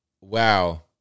Wow